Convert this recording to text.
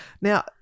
Now